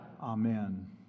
Amen